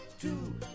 two